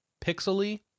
pixely